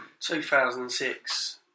2006